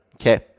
Okay